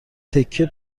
تکه